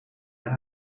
naar